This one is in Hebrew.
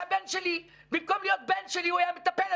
בגלל שהם מדממים כבר אחרי שמונה חודשים של משבר קשה,